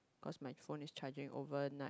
cause my phone is charging overnight